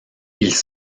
ils